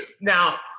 Now